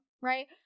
right